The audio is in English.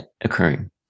occurring